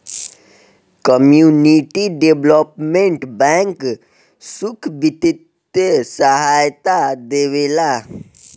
community development bank सुख बित्तीय सहायता देवेला